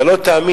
אתה לא תאמין,